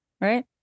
right